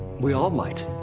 we all might.